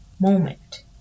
moment